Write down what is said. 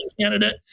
candidate